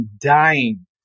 dying